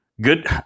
good